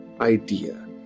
idea